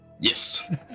Yes